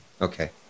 okay